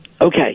Okay